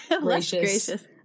gracious